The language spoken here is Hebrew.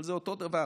אבל זה אותו דבר.